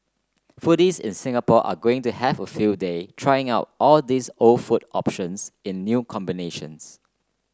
foodies in Singapore are going to have a field day trying out all these old food options in new combinations